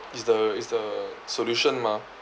is the is the solution mah